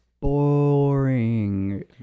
boring